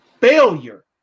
failure